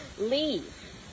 leave